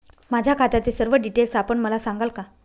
माझ्या खात्याचे सर्व डिटेल्स आपण मला सांगाल का?